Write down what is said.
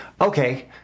Okay